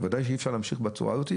בוודאי שאי אפשר להמשיך בצורה הזאת.